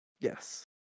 Yes